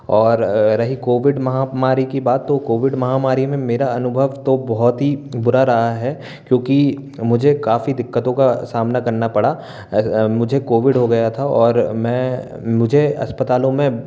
और रही कोविड महामारी की बात तो कोविड महामारी में मेरा अनुभव तो बहुत ही बुरा रहा है क्योंकि मुझे काफ़ी दिक्कतों का सामना करना पड़ा मुझे कोविड हो गया था और मैं मुझे अस्पतालों में